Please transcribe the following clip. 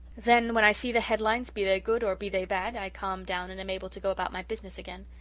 then when i see the headlines, be they good or be they bad, i calm down and am able to go about my business again.